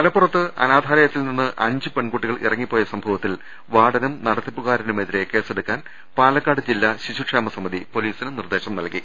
മലപ്പുറത്ത് അനാഥാലയത്തിൽ നിന്ന് അഞ്ച് പെൺകുട്ടികൾ ഇറ ങ്ങിപ്പോയ സംഭവത്തിൽ വാർഡനും നടത്തിപ്പുകാരനുമെതിരെ കേസെടുക്കാൻ പാലക്കാട് ജില്ലാ ശിശുക്ഷേമ സമിതി പൊലീസിന് നിർദേശം നൽകി